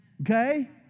Okay